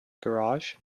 garage